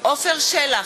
עפר שלח,